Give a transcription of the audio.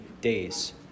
days